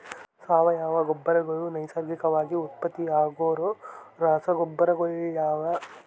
ಸಾವಯವ ಗೊಬ್ಬರಗಳು ನೈಸರ್ಗಿಕವಾಗಿ ಉತ್ಪತ್ತಿಯಾಗೋ ರಸಗೊಬ್ಬರಗಳಾಗ್ಯವ